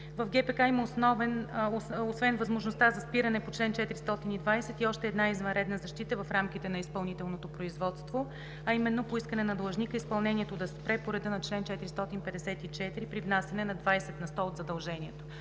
В ГПК освен възможността за спиране по чл. 420 има и още една извънредна защита в рамките на изпълнителното производство, а именно по искане на длъжника изпълнението да спре по реда на чл. 454 при внасяне на 20 на сто от задължението.